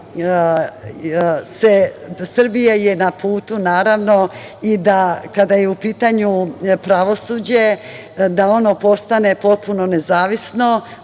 smislu, Srbija je na putu, i da kada je u pitanju pravosuđe, da ono postane potpuno nezavisno,